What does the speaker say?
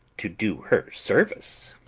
to do her service.